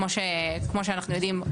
כמו שאנחנו יודעים,